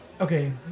Okay